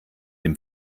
dem